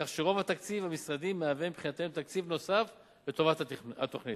כך שרוב התקציב המשרדי מהווה מבחינתנו תקציב נוסף לטובת התוכנית.